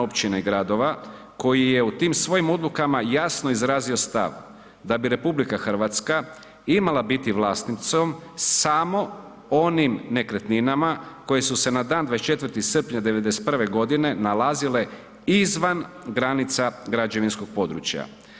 općine i gradova koji je u tim svojim odlukama jasno izrazio stav da bi RH imala biti vlasnicom samo onim nekretninama koje su se na dan 24. srpnja '91. godine nalazile izvan granica građevinskog područja.